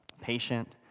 patient